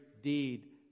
deed